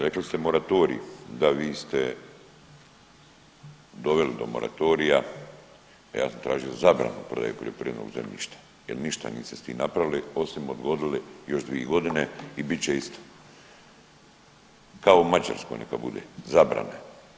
Rekli ste moratorij, da vi ste doveli do moratorija, a ja sam tražio zabranu prodaje poljoprivrednog zemljišta jer ništa niste s tim napravili osim odgodili još 2 godine i bit će isto, kao u Mađarskoj neka bude, zabrana.